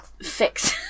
fix